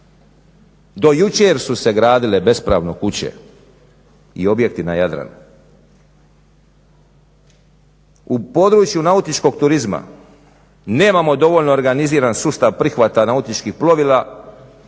Do jučer su se gradile bespravno kuće i objekti na Jadranu. U području nautičkog turizma nemamo dovoljno organiziran sustav prihvata nautičkih plovila